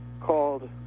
called